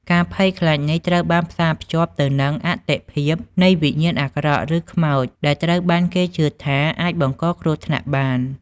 ការភ័យខ្លាចនេះត្រូវបានផ្សារភ្ជាប់ទៅនឹងអត្ថិភាពនៃវិញ្ញាណអាក្រក់ ឬខ្មោច ដែលត្រូវបានគេជឿថាអាចបង្កគ្រោះថ្នាក់បាន ។